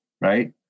right